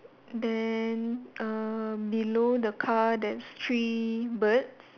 then uh below the car there's three birds